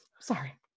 sorry